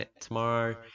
tomorrow